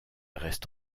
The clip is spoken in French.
reste